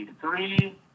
three